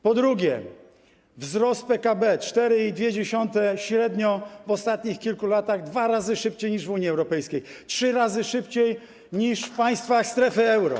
Po drugie, wzrost PKB - 4,2 średnio w ostatnich kilku latach, dwa razy szybciej niż w Unii Europejskiej, trzy razy szybciej niż w państwach strefy euro.